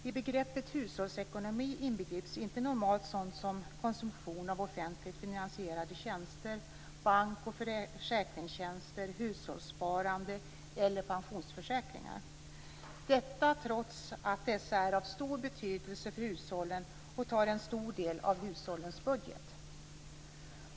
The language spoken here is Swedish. I begreppet hushållsekonomi inbegrips inte normalt sådant som konsumtion av offentligt finansierade tjänster, bank och försäkringstjänster, hushållssparande eller pensionsförsäkringar, detta trots att dessa är av stor betydelse för hushållen och tar en stor del av hushållens budget.